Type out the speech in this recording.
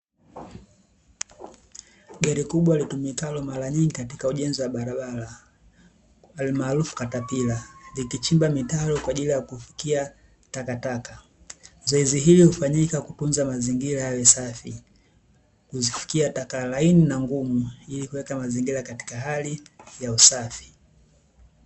Gari kubwa litumikalo mara nyingi katika ujenzi wa barabara alimaarufu "katapila", likichimba mitaro kwa ajili ya kufukia takataka. Zoezi hili hufanyika kutunza mazingira yawe safi, kuzifukia taka laini na ngumu, ili kuweka mazingira katika hali ya safi.